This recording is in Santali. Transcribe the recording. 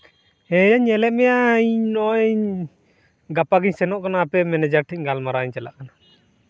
ᱦᱮᱸᱭᱟ ᱤᱧᱤᱧ ᱧᱮᱞᱮᱫ ᱢᱮᱭᱟ ᱤᱧ ᱱᱚᱸᱜᱼᱚᱭ ᱜᱟᱯᱟ ᱜᱤᱧ ᱥᱮᱱᱚᱜ ᱠᱟᱱᱟ ᱟᱯᱮ ᱢᱮᱱᱮᱡᱟᱨ ᱴᱷᱮᱱ ᱜᱟᱞᱢᱟᱨᱟᱣ ᱤᱧ ᱪᱟᱞᱟᱜ ᱠᱟᱱᱟ